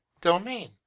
domain